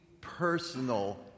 personal